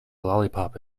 lollipop